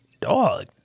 dog